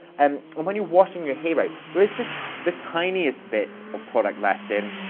and when when you're watching your hair out, there is just the tiniest bit of product left in.